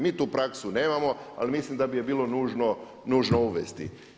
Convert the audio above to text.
Mi tu praksu nemamo ali mislim da bi je bilo nužno, nužno uvesti.